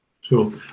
Sure